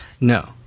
no